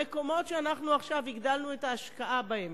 המקומות שאנחנו עכשיו הגדלנו את ההשקעה בהם